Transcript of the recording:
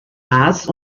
mars